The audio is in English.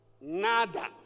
Nada